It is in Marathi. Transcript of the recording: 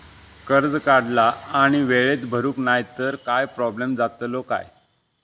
कर्ज काढला आणि वेळेत भरुक नाय तर काय प्रोब्लेम जातलो काय?